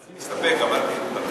מסתפק, אמרתי את דברי.